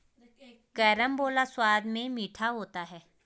carambola स्वाद में मीठा होता है